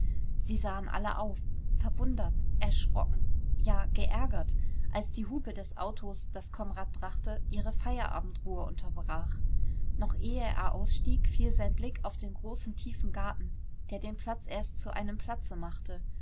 sie sahen alle auf verwundert erschrocken ja geärgert als die hupe des autos das konrad brachte ihre feierabendruhe unterbrach noch ehe er ausstieg fiel sein blick auf den großen tiefen garten der den platz erst zu einem platze machte